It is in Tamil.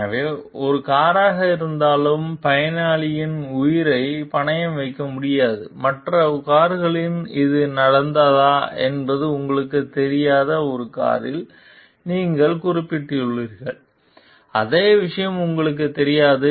எனவே ஒரு காராக இருந்தாலும் பயனாளிகளின் உயிரை பணயம் வைக்க முடியாது மற்ற கார்களில் இது நடந்ததா என்பது உங்களுக்குத் தெரியாத ஒரு காரில் நீங்கள் குறிப்பிட்டுள்ளீர்கள் அதே விஷயம் உங்களுக்குத் தெரியாது